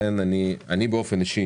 אני באופן אישי